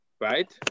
right